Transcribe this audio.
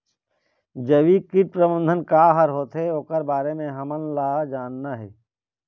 जैविक कीट प्रबंधन का हर होथे ओकर बारे मे हमन ला जानना हे?